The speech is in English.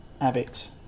Abbott